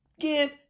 give